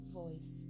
voice